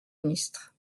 ministre